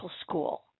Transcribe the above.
school